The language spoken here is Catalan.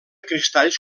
cristalls